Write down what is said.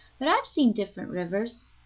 but i've seen different rivers.